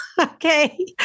Okay